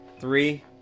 three